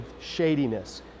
shadiness